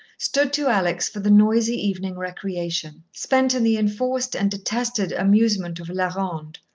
stood to alex for the noisy evening recreation, spent in the enforced and detested amusement of la ronde,